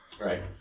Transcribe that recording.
Right